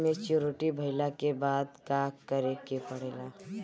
Maturity भईला के बाद का करे के पड़ेला?